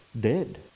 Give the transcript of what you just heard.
dead